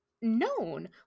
known